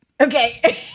okay